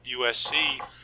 USC